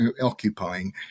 occupying